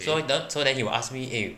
so tho~ then he will ask me eh